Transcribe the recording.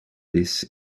this